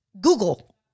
Google